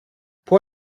può